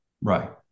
Right